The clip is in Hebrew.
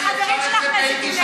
והחברים שלך מסיתים נגד המפכ"ל.